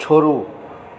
छोड़ू